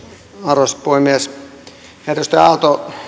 arvoisa puhemies edustaja aalto